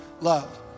love